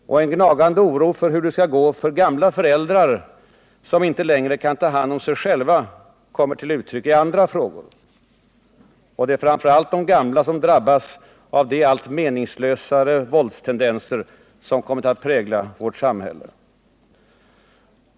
En gnagande oro för hur det skall gå för de gamla föräldrar som inte längre kan ta hand om sig själva kommer till uttryck i andra frågor. Och det är framför allt de gamla som drabbas av de allt meningslösare våldstendenser som kommit att prägla vårt samhälle.